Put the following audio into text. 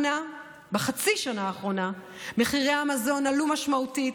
בחצי השנה האחרונה מחירי המזון עלו משמעותית,